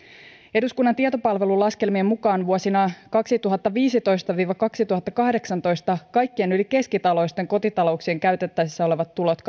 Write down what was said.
eduskunnan tietopalvelun laskelmien mukaan vuosina kaksituhattaviisitoista viiva kaksituhattakahdeksantoista kaikkien yli keskituloisten kotitalouksien käytettävissä olevat tulot